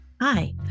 Hi